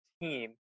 team